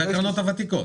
אלה הקרנות הוותיקות.